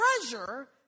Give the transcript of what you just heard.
treasure